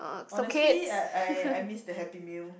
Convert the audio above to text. honestly I I miss the happy meal